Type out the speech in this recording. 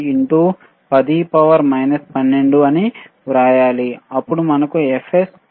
001 in to 10 12 అని వ్రాయాలి అప్పుడు మనకు fs 1